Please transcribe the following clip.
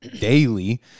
daily